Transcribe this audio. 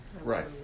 right